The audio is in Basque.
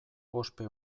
ospe